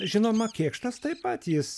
žinoma kėkštas tai pat jis